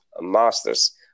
masters